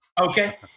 Okay